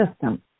system